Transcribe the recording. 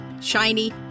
shiny